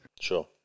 Sure